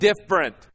different